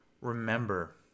remember